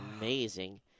amazing